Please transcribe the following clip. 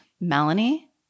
Melanie